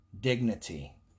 Dignity